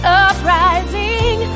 uprising